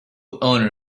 owner